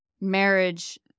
marriage